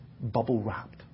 bubble-wrapped